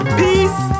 peace